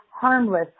harmless